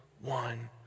one